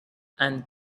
and